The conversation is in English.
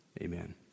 Amen